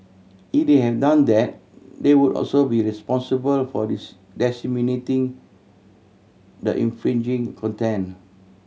if they have done that they would also be responsible for this disseminating the infringing content